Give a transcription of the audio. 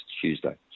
Tuesday